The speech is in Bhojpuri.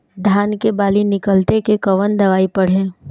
धान के बाली निकलते के कवन दवाई पढ़े?